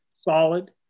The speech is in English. solid